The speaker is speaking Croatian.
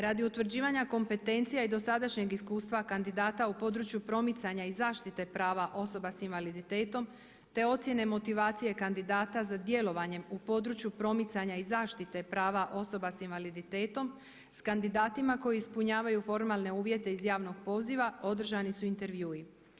Radi utvrđivanja kompetencija i dosadašnjeg iskustva kandidata u području promicanja i zaštite prava osoba sa invaliditetom te ocjene motivacije kandidata za djelovanjem u području promicanja i zaštite prava osoba sa invaliditetom sa kandidatima koji ispunjavaju formalne uvjete iz javnog poziva održani su intervjui.